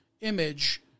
image